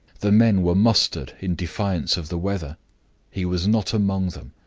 the men were mustered in defiance of the weather he was not among them.